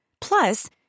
Plus